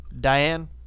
Diane